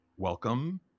Welcome